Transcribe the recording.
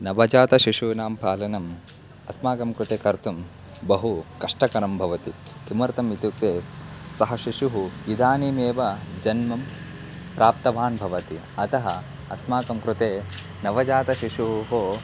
नवजातशिशूनां पालनम् अस्माकं कृते कर्तुं बहु कष्टकरं भवति किमर्थम् इत्युक्ते सः शिशुः इदनीमेव जन्म प्राप्तवान् भवति अतः अस्माकं कृते नवजातशिशोः